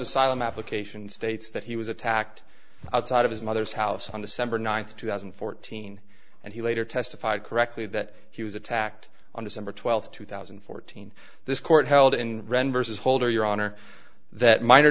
asylum application states that he was attacked outside of his mother's house on december ninth two thousand and fourteen and he later testified correctly that he was attacked on december twelfth two thousand and fourteen this court held in rent versus holder your honor that minor